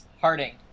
Harding